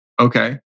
okay